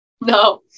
No